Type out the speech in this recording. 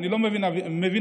אני לא מבין ערבית,